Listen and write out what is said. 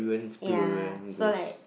ya so like